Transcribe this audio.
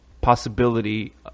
possibility